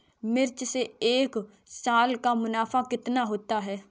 मिर्च से एक साल का मुनाफा कितना होता है?